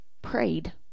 prayed